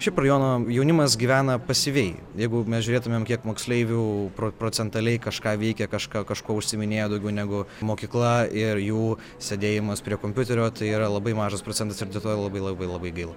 šiaip rajono jaunimas gyvena pasyviai jeigu mes žiūrėtumėm kiek moksleivių pro procentaliai kažką veikia kažką kažkuo užsiiminėja daugiau negu mokykla ir jų sėdėjimas prie kompiuterio tai yra labai mažas procentas ir dėl to labai labai labai gaila